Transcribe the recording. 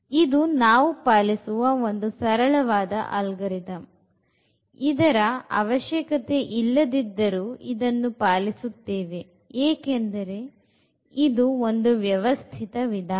ಇದು ನಾವು ಪಾಲಿಸುವ ಒಂದು ಸರಳವಾದ ಆಲ್ಗರಿದಮ್ ಇದರ ಅವಶ್ಯಕತೆ ಇಲ್ಲದಿದ್ದರೂ ಇದನ್ನು ಪಾಲಿಸುತ್ತೇನೆ ಏಕೆಂದರೆ ಇದು ಒಂದು ವ್ಯವಸ್ಥಿತ ವಿಧಾನ